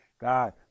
God